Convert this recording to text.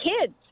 kids